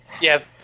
Yes